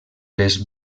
les